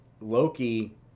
Loki